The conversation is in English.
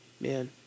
man